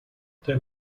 the